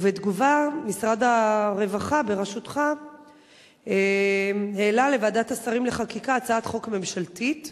ובתגובה משרד הרווחה בראשותך העלה לוועדת השרים לחקיקה הצעת חוק ממשלתית